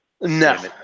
No